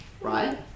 Right